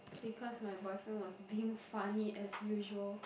because my boyfriend was being funny as usual